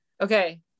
okay